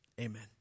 amen